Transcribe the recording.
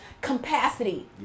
capacity